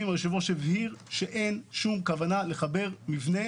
היושב-ראש הבהיר שאין שום כוונה לחבר מבנה